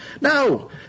No